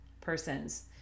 persons